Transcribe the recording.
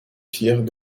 fiers